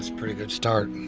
pretty good start.